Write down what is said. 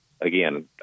again